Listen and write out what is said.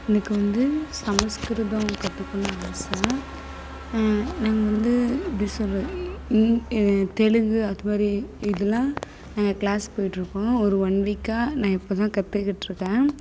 எனக்கு வந்து சமஸ்கிருதம் கத்துக்கணும்னு ஆசை நாங்கள் வந்து எப்படி சொல்கிறது தெலுங்கு அதுமாதிரி இதுலாம் நாங்க கிளாஸ் போய்ட்டுருக்கோம் ஒரு ஒன் வீக்காக நான் இப்போது தான் கத்துக்கிட்டு இருக்கேன்